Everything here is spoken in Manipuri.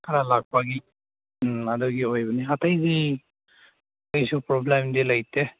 ꯈꯔ ꯂꯥꯛꯄꯒꯤ ꯎꯝ ꯑꯗꯨꯒꯤ ꯑꯣꯏꯕꯅꯤ ꯑꯇꯩꯗꯤ ꯀꯩꯁꯨ ꯄ꯭ꯔꯣꯕ꯭ꯂꯦꯝꯗꯤ ꯂꯩꯇꯦ